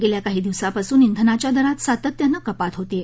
गेल्या काही दिवसांपासून व्विनाच्या दरात सातत्यानं कपात होत आहे